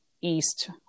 East